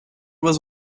was